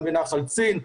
גם בנחל צין,